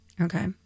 Okay